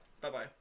Bye-bye